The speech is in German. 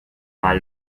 mal